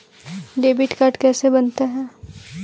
Debit card कैसे बनता है?